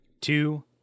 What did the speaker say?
two